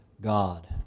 God